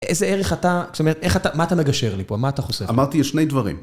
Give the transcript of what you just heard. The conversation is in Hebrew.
איזה ערך אתה... זאת אומרת, איך אתה מה אתה מגשר לי פה? מה אתה חוסך לי? אמרתי יש שני דברים.